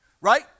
Right